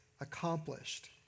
accomplished